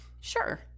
Sure